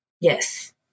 Yes